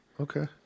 okay